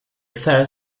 third